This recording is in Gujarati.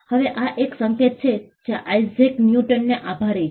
હવે આ એક સંકેત છે જે આઇઝેક ન્યૂટનને આભારી છે